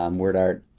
um wordart